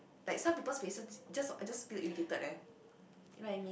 like some people's faces just I just feel irritated eh you know what I mean